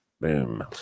Boom